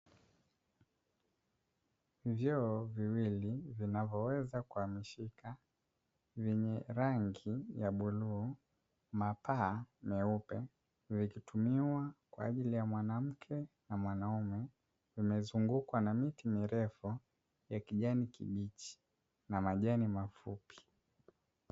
Vyoo viwili vinavyoweza kuhamishika vyenye rangi ya bluu, mapaa meupe vikitumiwa kwa ajili ya mwanamke na mwanaume vimezungukwa na miti mirefu ya kijani kibichi na majani mafupi.